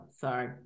sorry